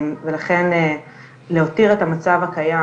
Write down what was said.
לכן להותיר את המצב הקיים,